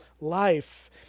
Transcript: life